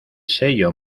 sello